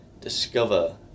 discover